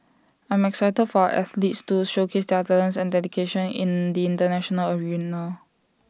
I'm excited for our athletes to showcase their talents and dedication in in the International arena